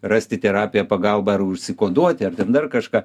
rasti terapiją pagalbą ar užsikoduoti ar dar kažką